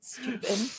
stupid